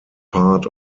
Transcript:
part